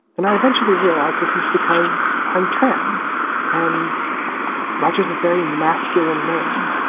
and i eventually realized this is because i'm trans and roger is a very masculine name.